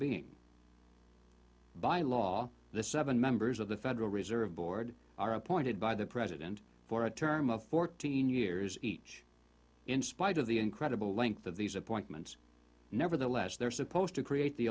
being by law the seven members of the federal reserve board are appointed by the president for a term of fourteen years each in spite of the incredible length of these appointments nevertheless they're supposed to create the